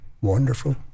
Wonderful